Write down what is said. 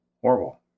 Horrible